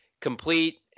Complete